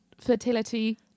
fertility